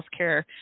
healthcare